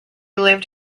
lived